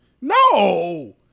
no